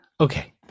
okay